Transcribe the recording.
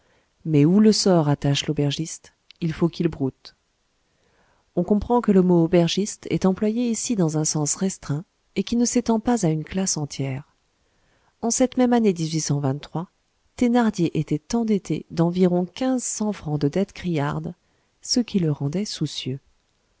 mais où le sort attache l'aubergiste il faut qu'il broute on comprend que le mot aubergiste est employé ici dans un sens restreint et qui ne s'étend pas à une classe entière en cette même année thénardier était endetté d'environ